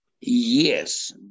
Yes